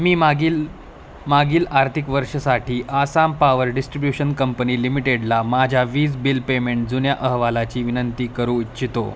मी मागील मागील आर्थिक वर्षासाठी आसाम पावर डिस्ट्रिब्यूशन कंपनी लिमिटेडला माझ्या वीज बिल पेमेंट जुन्या अहवालाची विनंती करू इच्छितो